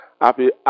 happy